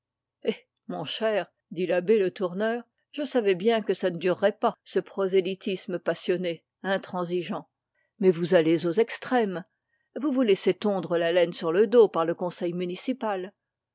mon cher dit l'abbé le tourneur je savais bien que ça ne durerait pas ce prosélytisme passionné mais vous allez aux extrêmes vous vous laissez tondre la laine sur le dos par le conseil municipal